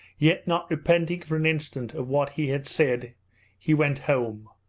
yet not repenting for an instant of what he had said he went home,